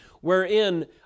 wherein